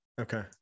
okay